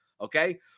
okay